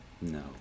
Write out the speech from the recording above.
No